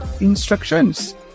instructions